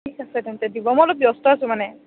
ঠিক আছে তেন্তে দিব মই অলপ ব্যস্ত আছোঁ মানে